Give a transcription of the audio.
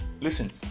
listen